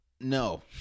no